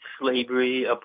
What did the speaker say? slavery